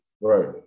right